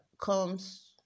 comes